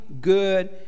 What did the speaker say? good